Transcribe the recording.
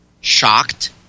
shocked